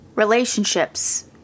relationships